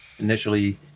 initially